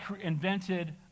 invented